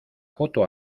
foto